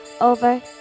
over